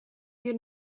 you